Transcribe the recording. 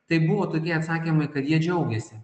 tai būtų tokie atsakymai kad jie džiaugiasi